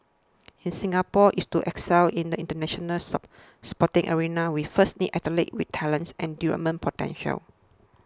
if Singapore is to excel in the international sporting arena we first need athletes with talent and development potential